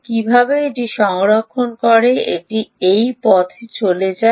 কীভাবে এটি সংরক্ষণ করে এবং এই পথে চলে যায়